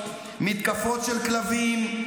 מתקפות של כלבים,